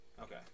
Okay